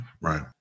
right